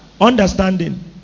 Understanding